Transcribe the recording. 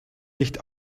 nicht